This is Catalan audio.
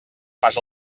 fas